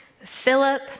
Philip